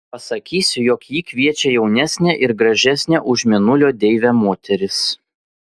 pasakysiu jog jį kviečia jaunesnė ir gražesnė už mėnulio deivę moteris